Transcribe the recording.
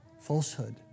falsehood